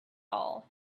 all